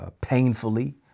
painfully